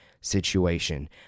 situation